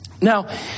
Now